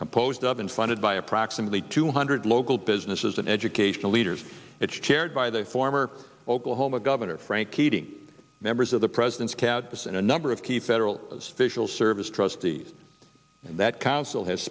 composed of been funded by approximately two hundred local businesses and educational leaders it's chaired by the former oklahoma governor frank keating members of the president's catus and a number of key federal laws fishel service trustees that council has